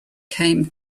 came